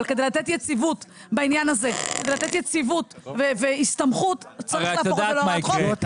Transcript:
אבל כדי לתת יציבות בעניין הזה והסתמכות צריך להפוך אותה להוראת חוק.